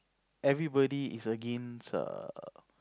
everybody is against err